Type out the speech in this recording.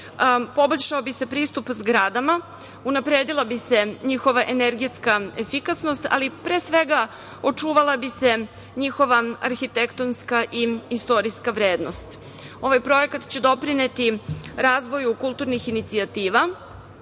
Poboljšao bi se pristup zgradama, unapredila bi se njihova energetska efikasnost, ali pre svega očuvala bi se njihova arhitektonska i istorijska vrednost. Ovaj projekat će doprineti razvoju kulturnih inicijativa,